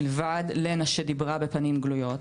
מלבד לנה שדיברה בפנים גלויות,